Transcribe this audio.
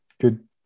good